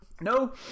No